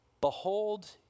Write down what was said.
behold